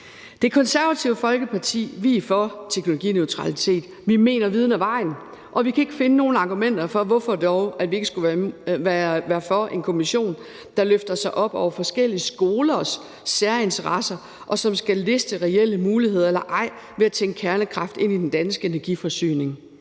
Det Konservative Folkeparti er for teknologineutralitet. Vi mener, viden er vejen, og vi kan ikke finde nogen argumenter for, hvorfor vi dog ikke skulle være for en kommission, der løfter sig op over forskellige skolers særinteresser, og som skal liste reelle muligheder eller det modsatte ved at tænke kernekraft ind i den danske energiforsyning.